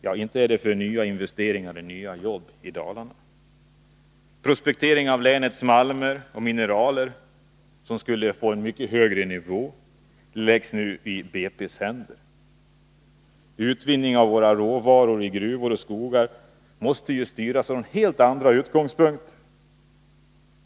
Ja, inte är det för nya investeringar i nya jobb i Dalarna. Prospektering av länets malmer och mineraler, som skulle kunna bli mycket mera omfattande, läggs nu i BP:s händer. Utvinning av våra råvaror i gruvor och skogar måste styras från helt andra utgångspunkter.